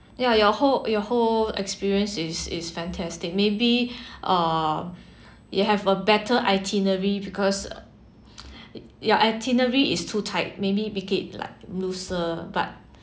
ya your whole your whole experience it's it's fantastic maybe uh you have a better itinerary because your itinerary is too tight maybe make it like loose but